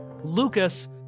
lucas